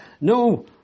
No